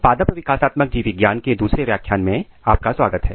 पादप विकासात्मक जीवविज्ञान के दूसरे व्याख्यान में आपका स्वागत है